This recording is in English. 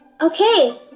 Okay